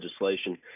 legislation